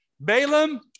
Balaam